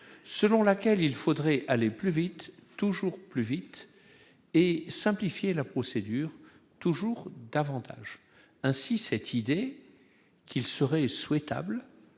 selon laquelle il faudrait aller plus vite, toujours plus vite et simplifier la procédure toujours davantage ainsi cette idée qu'il serait souhaitable